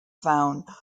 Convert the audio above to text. found